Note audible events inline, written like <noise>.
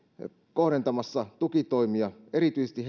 kohdentamassa tukitoimia erityisesti <unintelligible>